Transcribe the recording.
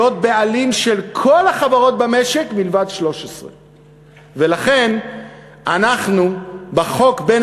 בעלים של כל החברות במשק מלבד 13. ולכן אנחנו בחוק בין